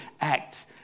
act